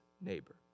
neighbor